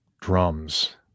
drums